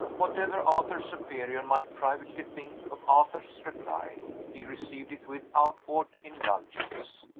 whatever arthur's superior might privately think of arthur's reply, he received it with outward indulgence.